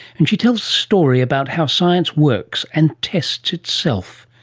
and she tells a story about how science works and tests itself,